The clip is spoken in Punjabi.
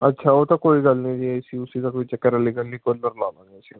ਅੱਛਾ ਉਹ ਤਾਂ ਕੋਈ ਗੱਲ ਨਹੀਂ ਜੀ ਏ ਸੀ ਊ ਸੀ ਦਾ ਕੋਈ ਚੱਕਰ ਵਾਲੀ ਗੱਲ ਨਹੀਂ